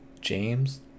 James